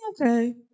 okay